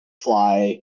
fly